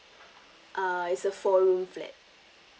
uh it's a four room flat